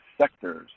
sectors